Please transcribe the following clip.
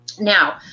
Now